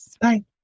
Bye